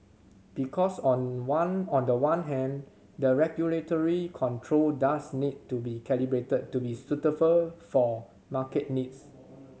because on one on the one hand the regulatory control does need to be calibrated to be suitable for market needs